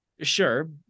sure